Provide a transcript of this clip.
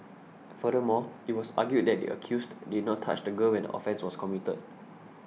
furthermore it was argued that the accused did not touch the girl when the offence was committed